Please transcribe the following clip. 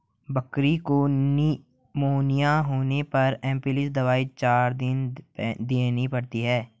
बकरी को निमोनिया होने पर एंपसलीन दवाई चार दिन देनी पड़ती है